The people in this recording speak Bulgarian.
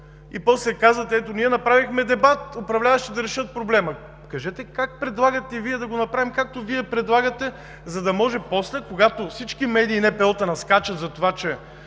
а после казвате: ние направихме дебат, управляващите да решат проблема. Кажете как Вие предлагате да го направим? Какво предлагате, за да може после, когато всички медии и НПО-та наскачат за това, че